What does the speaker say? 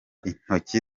intoki